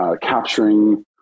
capturing